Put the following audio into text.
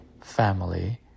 family